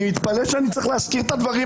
אני מתפלא שאני צריך להזכיר את הדברים